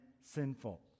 sinful